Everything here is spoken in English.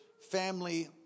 family